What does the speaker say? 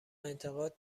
انتقاد